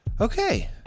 okay